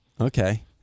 Okay